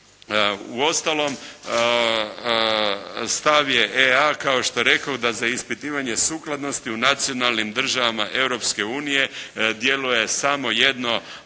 Uostalom stav je EA kao što rekoh, da za ispitivanje sukladnosti u nacionalnim državama Europske unije djeluje samo jedno